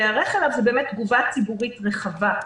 להיערך אליו הוא באמת תגובה ציבורית רחבה.